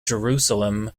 jerusalem